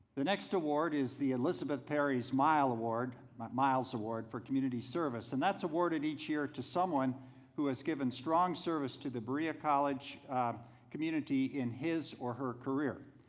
the next award is the elizabeth perry miles award miles award for community service and that's awarded each year to someone who has given strong service to the berea college community in his or her career.